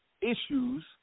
issues